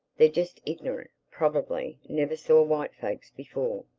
they're just ignorant probably never saw white folks before.